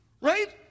right